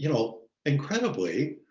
you know, incredibly,